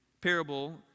parable